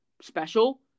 special